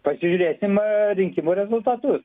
pažiūrėsim rinkimų rezultatus